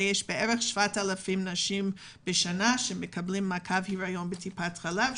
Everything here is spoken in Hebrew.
יש בערך 7,000 נשים בשנה שמקבלות מעקב היריון בטיפת חלב,